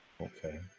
okay